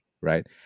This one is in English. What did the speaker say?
right